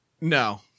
No